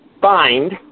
find